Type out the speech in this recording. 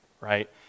right